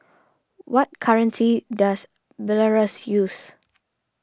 what currency does Belarus use